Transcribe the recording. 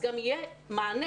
יהיה מענה,